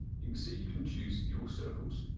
you can see you can choose your circles.